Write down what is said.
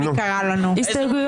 לא אכפת לי מספר ההסתייגות.